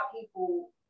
people